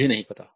मुझे नहीं पता